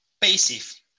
passive